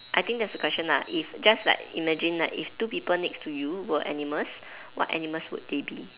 I think that's the question lah if just like imagine like if two people next to you were animals what animals would they be